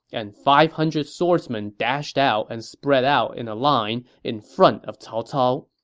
and five hundred swordsmen dashed out and spread out in a line in front of cao cao.